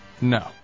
no